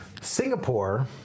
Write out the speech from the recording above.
Singapore